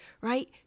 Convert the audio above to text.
right